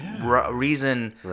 reason